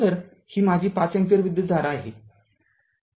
तरही माझी ५ अँपिअर विद्युतधारा आहे